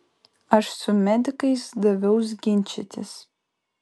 aš su medikais daviaus ginčytis